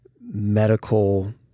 medical